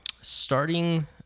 starting